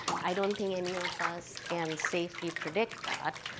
i don't think any of us can safely predict that.